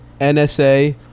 NSA